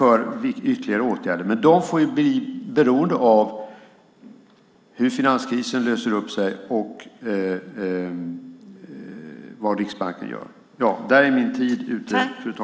Dessa åtgärder får dock bli beroende av hur finanskrisen löser upp sig och vad Riksbanken gör. Där var visst min talartid ute.